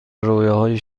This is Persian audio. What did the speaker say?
رویاهای